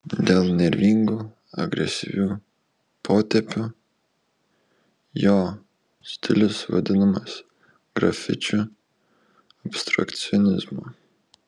dėl nervingų agresyvių potėpių jo stilius vadinamas grafičių abstrakcionizmu